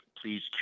Please